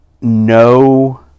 no